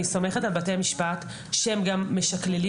אני סומכת על בתי המשפט שהם גם משכללים